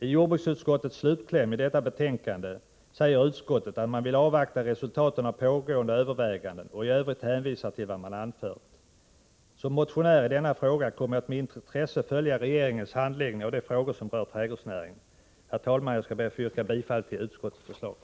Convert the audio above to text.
I jordbruksutskottets slutkläm i detta betänkande säger utskottet att man vill avvakta resultaten av pågående överväganden. I övrigt hänvisar man till vad som anförts. Som motionär i denna fråga kommer jag med intresse att följa regeringens handläggning av de frågor som rör trädgårdsnäringen. Herr talman! Jag ber att få yrka bifall till utskottets hemställan.